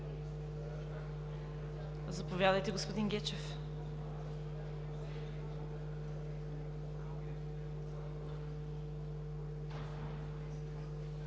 Заповядайте, господин Гечев.